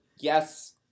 Yes